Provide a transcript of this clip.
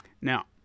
Now